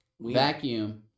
vacuum